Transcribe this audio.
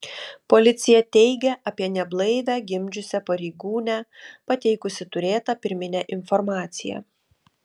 policija teigia apie neblaivią gimdžiusią pareigūnę pateikusi turėtą pirminę informaciją